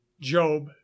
Job